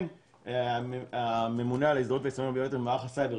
כן הממונה על ההזדהות והיישומים הביומטריים במערך הסייבר,